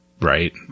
Right